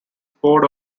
poured